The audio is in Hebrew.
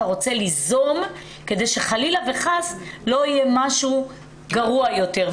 רוצה ליזום כדי שחלילה וחס לא יהיה משהו גרוע יותר.